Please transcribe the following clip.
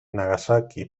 nagasaki